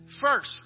first